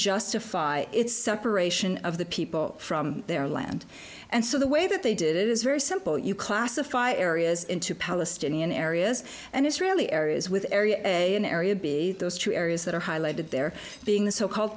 justify its separation of the people from their land and so the way that they did it is very simple you classify areas into palestinian areas and israeli areas with area a an area b those two areas that are highlighted there being the so called